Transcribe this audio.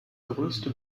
größte